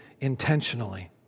intentionally